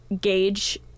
gauge